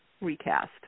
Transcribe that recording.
recast